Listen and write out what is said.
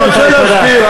אני רוצה להסביר.